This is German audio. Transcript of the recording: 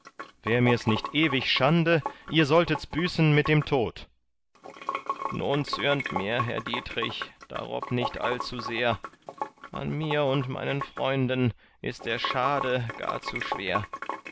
wär mirs nicht ewig schande ihr solltets büßen mit dem tod nun zürnt mir herr dietrich darob nicht allzusehr an mir und meinen freunden ist der schade gar zu schwer